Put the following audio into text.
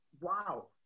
Wow